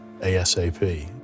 ASAP